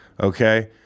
Okay